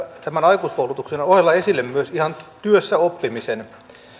tämän aikuiskoulutuksen ohella esille myös ihan työssäoppimisen